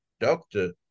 doctor